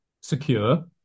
secure